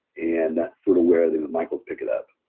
and that's sort of where the michaels pick it up.